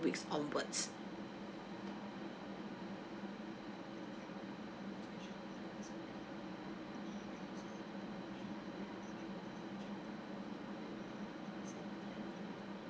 weeks onwards